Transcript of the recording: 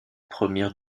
première